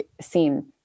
seen